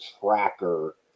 tracker